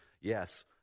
yes